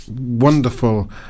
wonderful